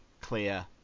clear